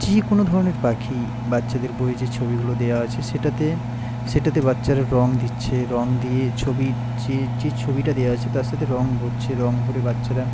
যে কোনও ধরনের পাখি বাচ্চাদের বইয়ে যে ছবিগুলো দেওয়া আছে সেটাতে সেটাতে বাচ্চারা রঙ দিচ্ছে রঙ দিয়ে ছবির যে যে ছবিটা দেওয়া আছে তার সাথে রঙ ভরছে রঙ ভরে বাচ্চারা